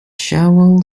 cherwell